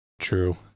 True